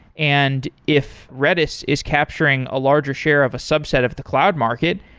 and if redis is capturing a larger share of a subset of the cloud market,